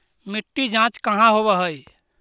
मिट्टी जाँच कहाँ होव है?